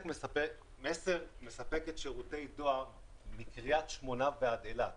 מסר מספקת שירותי דואר מקרית שמונה ועד אילת.